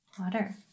water